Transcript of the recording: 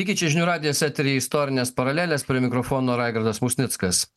sveiki čia žinių radijas etery istorinės paralelės prie mikrofono raigardas musnickas